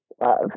love